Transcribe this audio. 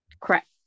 Correct